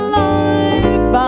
life